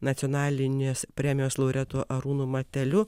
nacionalinės premijos laureatu arūnu mateliu